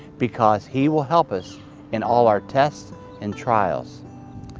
because he will help us in all our tests and trials.